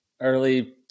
early